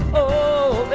oh,